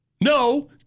No